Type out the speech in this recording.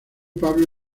pablo